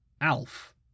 ALF